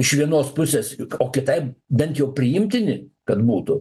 iš vienos pusės juk o kitai bent jau priimtini kad būtų